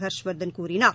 ஹர்ஷ்வர்தன் கூறினார்